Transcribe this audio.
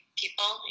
people